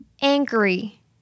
Angry